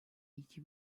iki